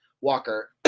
Walker